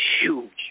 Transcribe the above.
huge